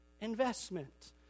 investment